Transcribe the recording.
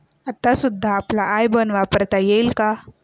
आता सुद्धा आपला आय बॅन वापरता येईल का?